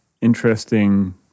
interesting